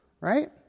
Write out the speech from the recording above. Right